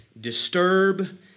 disturb